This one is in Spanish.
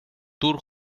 tour